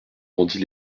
rendit